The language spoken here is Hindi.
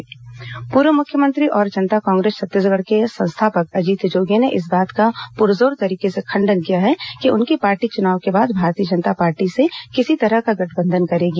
अजीत जोगी पत्रकारवार्ता पूर्व मुख्यमंत्री और जनता कांग्रेस छत्तीसगढ़ के संस्थापक अजीत जोगी ने इस बात का पुरजोर तरीर्क से खंडन किया है कि उनकी पार्टी चुनाव के बाद भारतीय जनता पार्टी से किसी तरह का गठबंधन करेगी